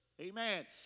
Amen